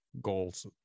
goals